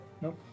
Nope